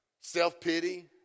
self-pity